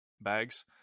bags